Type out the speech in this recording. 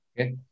Okay